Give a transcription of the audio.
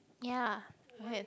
ya okay